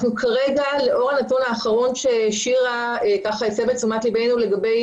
לאחר ששירה הסבה את תשומת לבנו לגבי